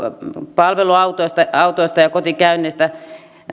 palveluautoista ja kotikäynneistä